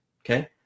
okay